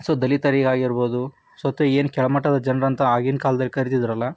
so ದಲಿತರಿಗೆ ಆಗಿರ್ಬೋದು ಸ್ವತಃ ಏನು ಕೆಳ ಮಟ್ಟದ ಜನರಂತೂ ಆಗಿನ ಕಾಲದಲ್ಲಿ ಕರಿತಿದ್ರಲ್ಲ